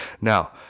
Now